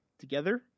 Together